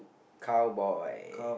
cowboy